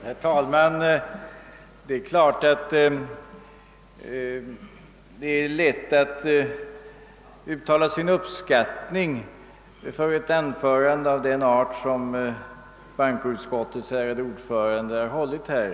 Herr talman! Det är klart att det är lätt att uttala sin uppskattning av ett anförande av den art som bankoutskottets ärade ordförande har hållit här.